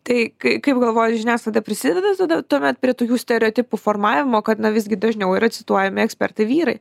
tai kai kaip galvoji žiniasklaida prisideda tada tuomet prie tokių stereotipų formavimo kad na visgi dažniau yra cituojami ekspertai vyrai